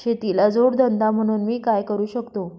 शेतीला जोड धंदा म्हणून मी काय करु शकतो?